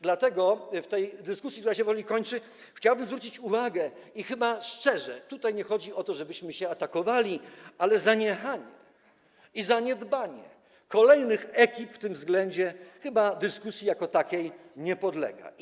Dlatego w tej dyskusji, która się powoli kończy, chciałbym zwrócić uwagę - i chyba nie chodzi tutaj o to, żebyśmy się atakowali - że zaniechania i zaniedbania kolejnych ekip w tym względzie chyba dyskusji jako takiej nie podlegają.